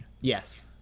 Yes